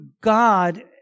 God